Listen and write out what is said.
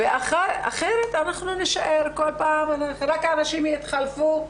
אחרת אנחנו נשאר כל פעם ורק האנשים יתחלפו.